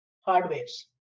hardware's